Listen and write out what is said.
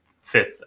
fifth